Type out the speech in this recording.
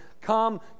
come